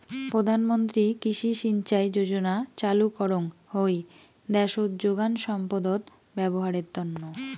প্রধান মন্ত্রী কৃষি সিঞ্চাই যোজনা চালু করঙ হই দ্যাশোত যোগান সম্পদত ব্যবহারের তন্ন